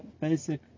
basic